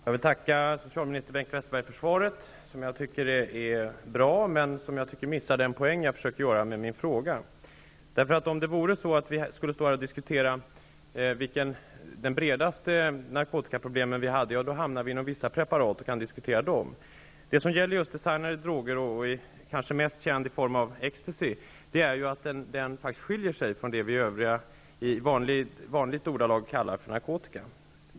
Fru talman! Jag vill tacka socialminister Bengt Westerberg för svaret, som jag tycker är bra men som missar poängen med min fråga. Om det vore så att vi diskuterade vilka som är de bredaste narkotikaproblem vi har skulle vi diskutera vissa preparat. Men designade droger -- av vilka den mest kända kanske är ecstacy -- skiljer sig från det som vi i dagligt tal kallar narkotika.